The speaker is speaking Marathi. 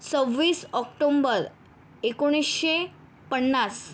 सव्वीस ऑक्टोंबर एकोणीसशे पन्नास